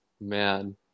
man